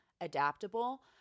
adaptable –